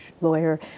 lawyer